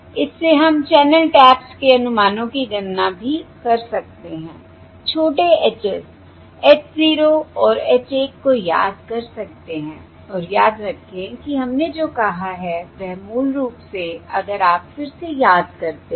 इससे हम channel taps के अनुमानों की गणना भी कर सकते हैं छोटे h s h 0 और h 1 को याद कर सकते हैं और याद रखें कि हमने जो कहा है वह मूल रूप से अगर आप फिर से याद करते हैं